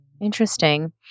Interesting